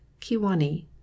Kiwani